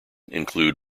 include